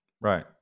Right